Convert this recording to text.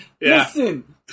Listen